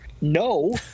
no